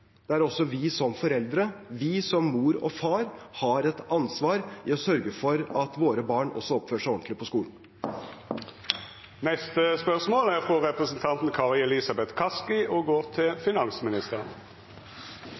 også vi som foreldre – vi som mor og far – som har et ansvar for å sørge for at våre barn også oppfører seg ordentlig på skolen.